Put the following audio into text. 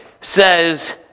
says